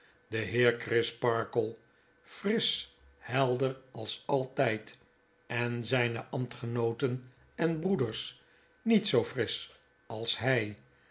de heer crisparkle frisch helder als altyd en zyne ambtgenooten en broeders niet zoo frisch als hjj